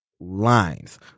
lines